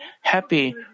happy